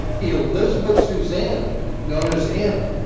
elizabeth susanna, known as anna,